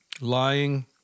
lying